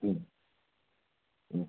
ಹ್ಞ್ ಹ್ಞ್